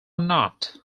not